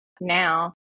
now